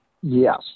Yes